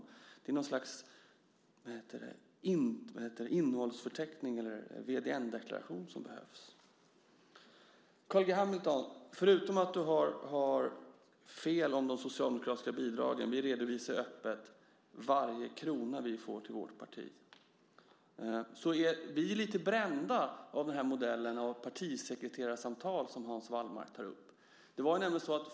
Det är något slags innehållsförteckning eller VDN-deklaration som behövs. Carl B Hamilton har fel om de socialdemokratiska bidragen - vi redovisar öppet varje krona vi får till vårt parti. Vi är lite brända av modellen av partisekreterarsamtal, som Hans Wallmark tar upp.